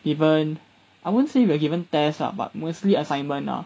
even I won't say you were given test ah but mostly assignment lah